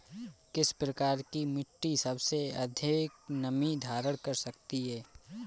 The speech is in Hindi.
किस प्रकार की मिट्टी सबसे अधिक नमी धारण कर सकती है?